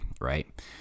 right